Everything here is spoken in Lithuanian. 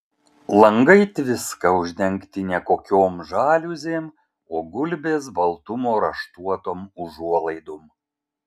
langai tviska uždengti ne kokiom žaliuzėm o gulbės baltumo raštuotom užuolaidom